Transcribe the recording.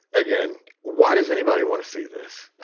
again, why does anybody want to see this?